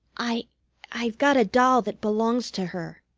i i've got a doll that belongs to her.